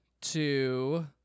two